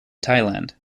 thailand